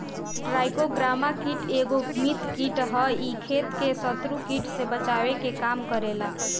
trichogramma कीट एगो मित्र कीट ह इ खेत के शत्रु कीट से बचावे के काम करेला